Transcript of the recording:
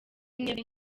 mwebwe